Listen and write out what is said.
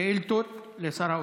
שאילתות לשר האוצר.